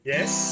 Yes